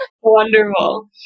Wonderful